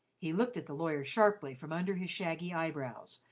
he looked at the lawyer sharply from under his shaggy eyebrows,